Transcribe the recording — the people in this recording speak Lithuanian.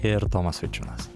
ir tomas vaičiūnas